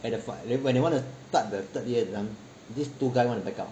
at the fi~ when they want to start the third year that time this two guys want to back out